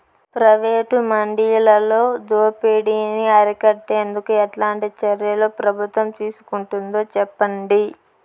Private మండీలలో దోపిడీ ని అరికట్టేందుకు ఎట్లాంటి చర్యలు ప్రభుత్వం తీసుకుంటుందో చెప్పండి?